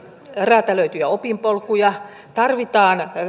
räätälöityjä opinpolkuja